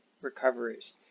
recoveries